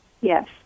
Yes